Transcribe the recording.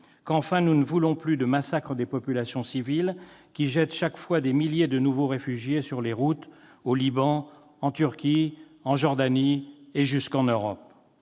Qu'enfin, nous ne voulons plus de massacres des populations civiles qui jettent chaque fois des milliers de nouveaux réfugiés sur les routes au Liban, en Turquie en Jordanie et jusqu'en Europe.